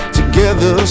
together